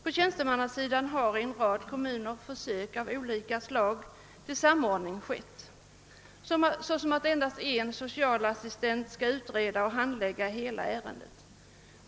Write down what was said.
På tjänstemannasidan har det i en rad kommuner gjorts olika försök i syfte att åstadkomma en samordning. Man har exempelvis försökt låta endast en socialassistent utreda och handlägga ett helt ärende.